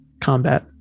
combat